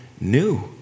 new